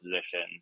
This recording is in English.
positions